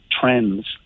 trends